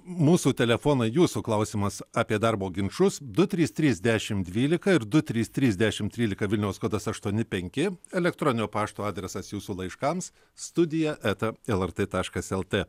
mūsų telefonai jūsų klausimas apie darbo ginčus du trys trys dešimt dvylika ir du trys trys dešimt trylika vilniaus kodas aštuoni penki elektroninio pašto adresas jūsų laiškams studija eta lrt taškas lt